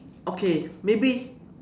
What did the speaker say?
okay maybe